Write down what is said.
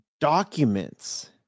documents